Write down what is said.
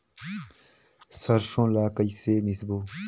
सरसो ला कइसे मिसबो?